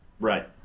Right